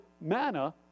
manna